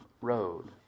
road